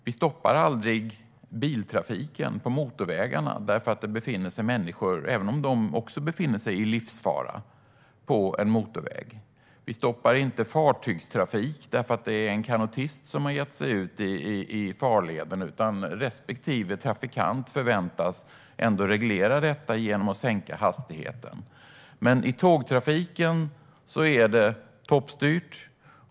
Vi stoppar aldrig biltrafiken på motorvägarna därför att det befinner sig människor där, även om också de befinner sig i livsfara på en motorväg. Vi stoppar inte fartygstrafik därför att det är en kanotist som har gett sig ut i farleden. Respektive trafikant förväntas ändå reglera detta genom att sänka hastigheten. Men i tågtrafiken är det toppstyrt.